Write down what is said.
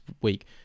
week